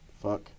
Fuck